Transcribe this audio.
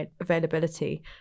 availability